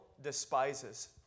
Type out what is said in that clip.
despises